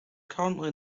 currently